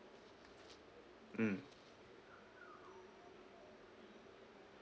mm